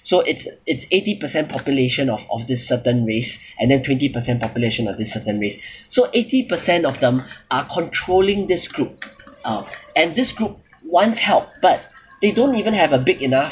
so it's it's eighty percent population of of this certain race and then twenty percent population of this certain race so eighty percent of them are controlling this group uh and this group wants help but they don't even have a big enough